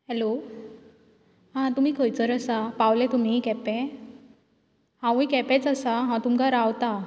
hello आं तुमी खंयसर आसा पावले तुमी केपें हांवूय केपेंच आसा हांव तुमकां रावतां